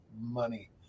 Money